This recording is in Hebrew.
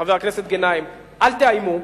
חבר הכנסת גנאים, אל תאיימו.